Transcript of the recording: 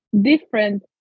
different